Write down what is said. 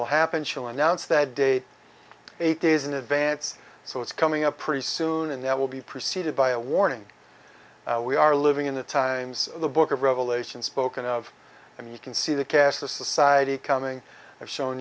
will happen szell announced that day eight days in advance so it's coming up pretty soon and that will be preceded by a warning we are living in the times the book of revelation spoken of and you can see the cast of society coming have show